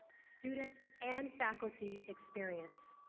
student, and faculty experiences.